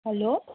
hello